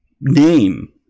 name